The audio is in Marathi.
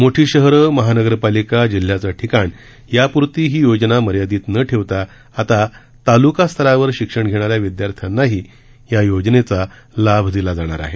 मोठी शहरे महानगरपालिका जिल्ह्याचे ठिकाण याप्रती ही योजना मर्यादित न ठेवता आता तालुकास्तरावर शिक्षण घेणाऱ्या विद्यार्थ्यांनाही या योजनेचा लाभ देण्यात येणार आहे